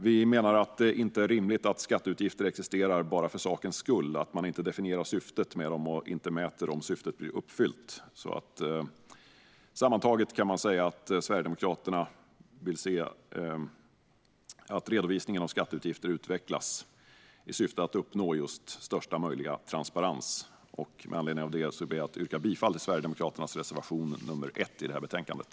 Vi menar att det inte är rimligt att skatteutgifter existerar bara för sakens skull, att man inte definierar syftet med dem eller mäter om syftet blir uppfyllt. Sammanfattningsvis vill Sverigedemokraterna se att redovisningen av skatteutgifter utvecklas i syfte att uppnå största möjliga transparens. Med anledning av det yrkar jag bifall till Sverigedemokraternas reservation nr 1 i betänkandet.